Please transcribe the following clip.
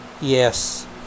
Yes